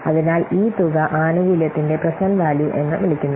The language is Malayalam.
അതിനാൽ ഈ തുക ആനുകൂല്യത്തിന്റെ പ്രേസേന്റ്റ് വാല്യൂ എന്ന് വിളിക്കുന്നു